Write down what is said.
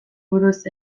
buruz